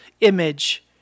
image